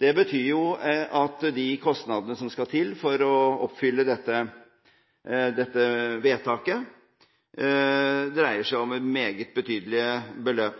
Det betyr jo at de kostnadene som skal til for å oppfylle dette vedtaket, dreier seg om et meget betydelig beløp.